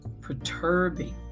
perturbing